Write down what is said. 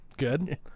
Good